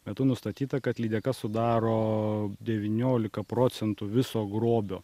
metu nustatyta kad lydeka sudaro devyniolika procentų viso grobio